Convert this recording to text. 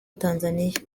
tanzania